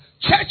Church